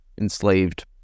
enslaved